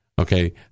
Okay